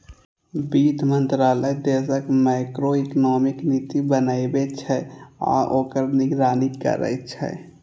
वित्त मंत्रालय देशक मैक्रोइकोनॉमिक नीति बनबै छै आ ओकर निगरानी करै छै